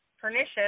pernicious